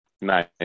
Nice